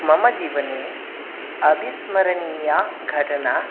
मम जीवने अविस्मरणीया घटना